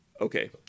Okay